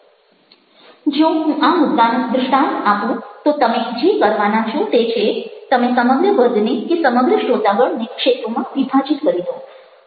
જો હું આ મુદ્દાનું દ્રષ્ટાન્ત આપું તો તમે જે કરવાના છો તે છે તમે સમગ્ર વર્ગને કે સમગ્ર શ્રોતાગણને ક્ષેત્રોમાં વિભાજિત કરી દો